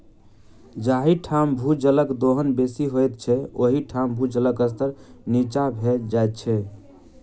जाहि ठाम भूजलक दोहन बेसी होइत छै, ओहि ठाम भूजलक स्तर नीचाँ भेल जाइत छै